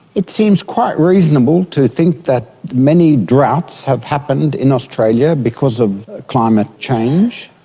it seems quite reasonable to think that many droughts have happened in australia because of climate change.